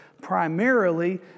primarily